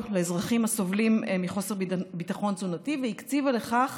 לאזרחים הסובלים מחוסר ביטחון תזונתי והקציבה לכך